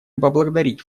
поблагодарить